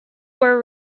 were